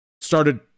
started